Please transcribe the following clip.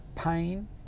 Pain